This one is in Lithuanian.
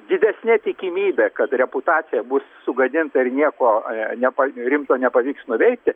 didesne tikimybe kad reputacija bus sugadinta ir nieko nepa rimto nepavyks nuveikti